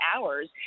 hours